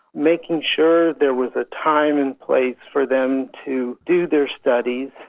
making sure there was a time and place for them to do their studies,